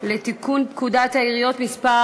לתיקון פקודת העיריות (מס'